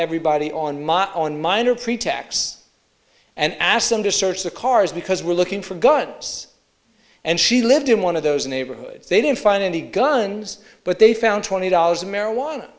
everybody on my own minor pretax and ask them to search the cars because we're looking for a gun and she lived in one of those neighborhoods they didn't find any guns but they found twenty dollars of marijuana